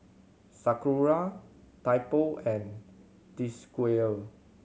Sakura Typo and Desigual